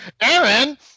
Aaron